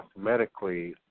cosmetically